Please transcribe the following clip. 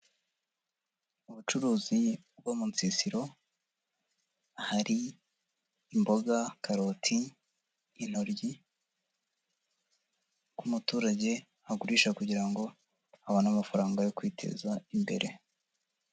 Mu bucuruzi bwo mu nsisiro, hari imboga, karoti intoryi, ku muturage agurisha kugira ngo abone amafaranga yo kwiteza imbere.